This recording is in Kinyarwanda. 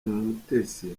umutesi